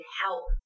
help